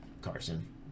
Carson